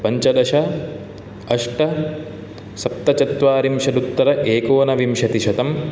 पञ्चदश अष्ट सप्तचत्वारिंशदुत्तर एकोनविंशतिशतं